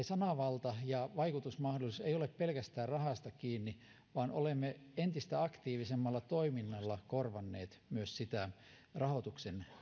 sananvalta ja vaikutusmahdollisuus eivät ole pelkästään rahasta kiinni vaan olemme entistä aktiivisemmalla toiminnalla korvanneet myös niitä rahoituksen